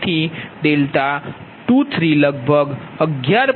તેથી 23 લગભગ 11